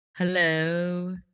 Hello